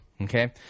Okay